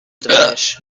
diminish